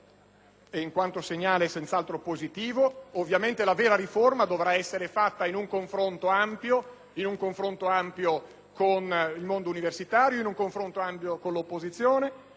e, in quanto tale, senz'altro positivo. Ovviamente la vera riforma dovrà essere fatta in un confronto ampio con il mondo universitario, con l'opposizione;